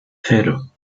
cero